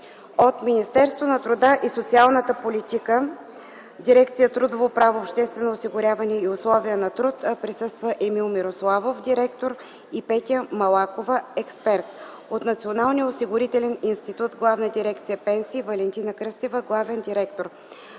от Министерството на труда и социалната политика, дирекция „Трудово право, обществено осигуряване и условия на труд” – Емил Мирославов, директор, и Петя Малакова, експерт; от Националния осигурителен институт, Главна дирекция „Пенсии” – Валентина Кръстева, главен директор.